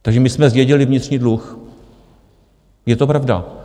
Takže my jsme zdědili vnitřní dluh, je to pravda.